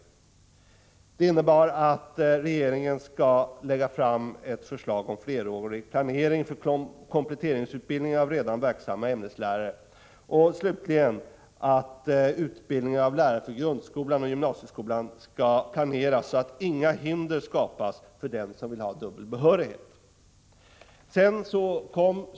Regeringen skall vidare lägga fram förslag om flerårig planering för kompletteringsutbildning av redan verksamma ämneslärare. Slutligen uttalades att utbildningen av lärare för grundskolan och gymnasieskolan skall planeras så att inga hinder skapas för dem som vill ha dubbel behörighet.